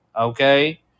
okay